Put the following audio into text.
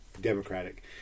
Democratic